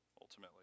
ultimately